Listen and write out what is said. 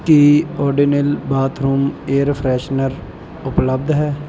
ਕੀ Odonil bathroom air freshener ਉਪਲੱਬਧ ਹੈ